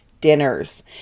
dinners